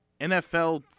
NFL